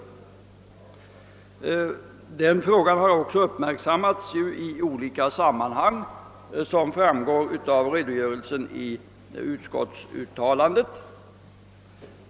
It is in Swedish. Dessa har också, som framgår av redogörelsen i utskottsutlåtandet, uppmärksammats i olika sammanhang.